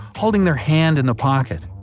holding their hand in the pocket.